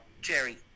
Jerry